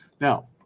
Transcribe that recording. Now